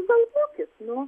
galvokit nu